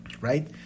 right